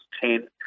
ten